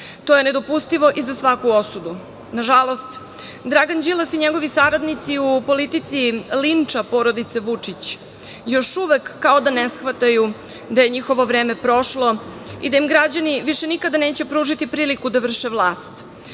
To je nedopustivo i za svaku osudu. Nažalost, Dragan Đilas i njegovi saradnici u politici linča porodice Vučić još uvek kao da ne shvataju da je njihovo vreme prošlo i da im građani više nikada neće pružiti priliku da vrše vlast,